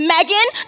Megan